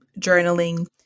journaling